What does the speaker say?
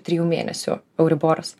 trijų mėnesių euriborus